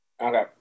Okay